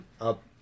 up